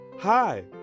Hi